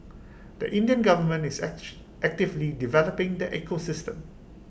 the Indian government is actual actively developing the ecosystem